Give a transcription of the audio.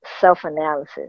self-analysis